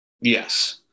Yes